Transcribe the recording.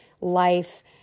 life